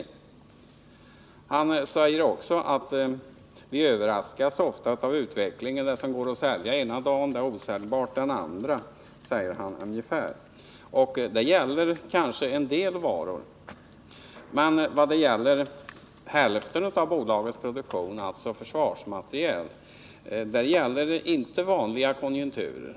Sven Andersson säger vidare att vi ofta överraskas av utvecklingen, att det som går att sälja ena dagen är osäljbart den andra. Det gäller kanske en del varor. Men beträffande hälften av detta bolags produkter, försvarsmateriel, gäller inte de vanliga konjukturerna.